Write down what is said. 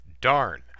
Darn